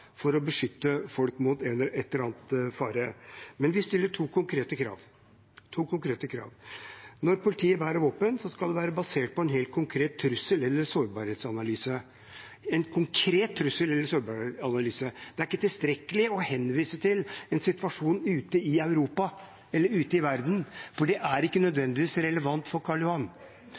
for å beskytte folk mot en eller annen fare, men vi stiller to konkrete krav: Når politiet bærer våpen, skal det være basert på en helt konkret trussel eller en sårbarhetsanalyse – en konkret trussel eller sårbarhetsanalyse. Det er ikke tilstrekkelig å henvise til en situasjon ute i Europa eller ute i verden, for det er ikke nødvendigvis relevant for